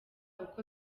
uko